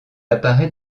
apparaît